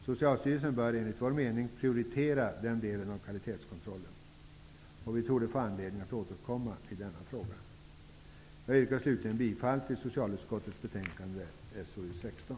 Socialstyrelsen bör enligt vår mening prioritera den delen av kvalitetskontrollen, och vi torde få anledning att återkomma till denna fråga. Jag yrkar slutligen bifall till utskottets hemställan i socialutskottets betänkande SoU:16.